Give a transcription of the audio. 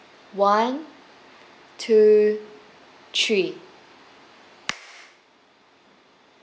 one two three